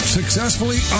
successfully